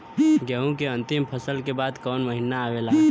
गेहूँ के अंतिम फसल के बाद कवन महीना आवेला?